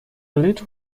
lead